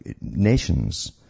nations